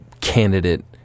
candidate